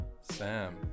Sam